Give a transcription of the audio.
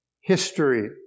History